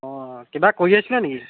অঁ কিবা কৰি আছিলা নেকি